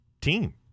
team